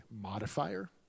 modifier